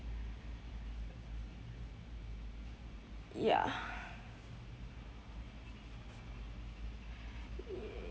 ya